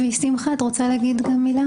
שמחה, את רוצה להוסיף לדברי